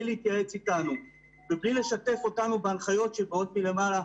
להתייעץ איתנו ובלי לשתף אותנו בהנחיות שבאות מלמעלה,